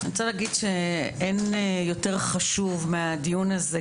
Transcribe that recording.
אני רוצה להגיד שאין יותר חשוב מהדיון הזה,